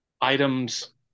items